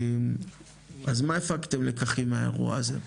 אז מה הפקתם לקחים מהאירוע הזה?